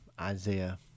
Isaiah